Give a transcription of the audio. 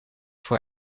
voor